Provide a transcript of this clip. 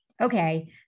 okay